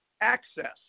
access